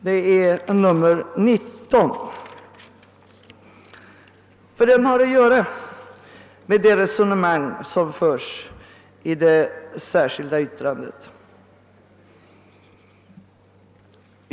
Det är reservationen 19, och den har att göra med det resonemang som förs i det särskilda yttrandet.